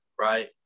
right